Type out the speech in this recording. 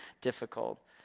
difficult